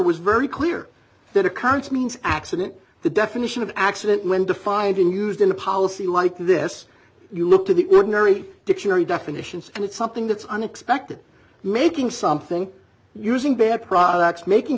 was very clear that occurrence means accident the definition of accident when defined used in a policy like this you look to the ordinary dictionary definitions and it's something that's unexpected making something using bad products making